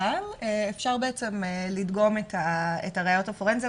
אבל אפשר בעצם לדגום את הראיות הפורנזיות